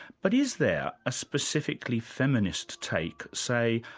but is there a specifically feminist take say,